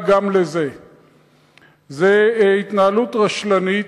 זו התנהלות רשלנית.